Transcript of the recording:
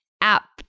app